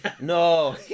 No